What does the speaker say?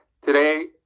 Today